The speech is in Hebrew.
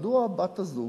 מדוע הבת הזו